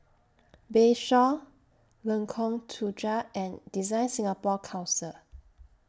Bayshore Lengkong Tujuh and DesignSingapore Council